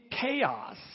chaos